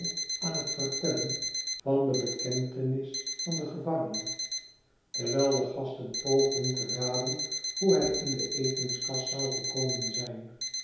aan het vertellen van de bekentenis van den gevangene terwijl de gasten poogden te raden hoe hij in de etenskast zou gekomen zijn